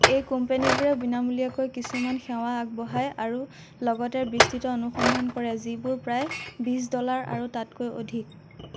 এই কোম্পানীবোৰে বিনামূলীয়াকৈ কিছুমান সেৱা আগবঢ়ায় আৰু লগতে বিস্তৃত অনুসন্ধান কৰে যিবোৰ প্ৰায় বিশ ডলাৰ আৰু তাতকৈ অধিক